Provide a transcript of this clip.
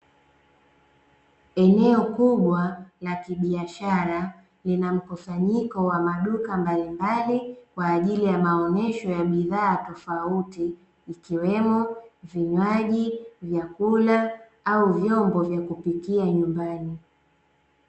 Eneo kubwa la kibiashara lina mkusanyiko wa maduka mbalimbali kwa ajili ya maonyesho ya bidhaa tofauti, ikiwemo: vinywaji, vyakula au vyombo vya kupikia nyumbani.